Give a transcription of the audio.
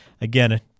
Again